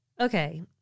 Okay